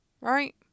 right